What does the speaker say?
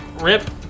Rip